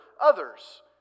others